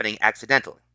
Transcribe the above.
accidentally